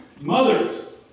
Mothers